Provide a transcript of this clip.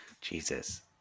Jesus